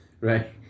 right